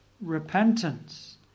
repentance